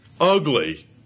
ugly